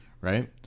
right